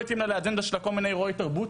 התאים לאג'נדה שלה כל מיני אירועי תרבות,